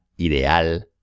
ideal